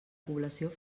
població